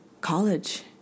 college